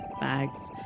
bags